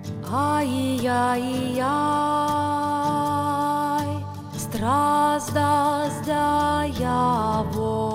ajajai strazdas dejavo